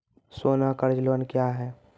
सोना कर्ज लोन क्या हैं?